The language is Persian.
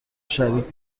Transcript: شریک